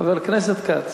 חבר הכנסת כץ,